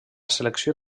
selecció